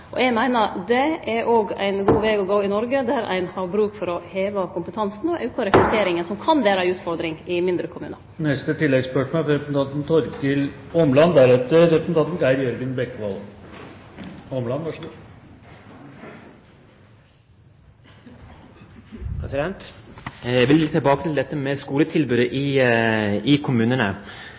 Eg meiner det er òg ein god veg å gå i Noreg, når ein har bruk for å heve kompetansen og auke rekrutteringa, som kan vere ei utfordring i mindre kommunar. Torkil Åmland – til oppfølgingsspørsmål. Jeg vil tilbake til